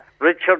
Richard